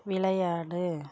விளையாடு